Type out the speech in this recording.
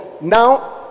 Now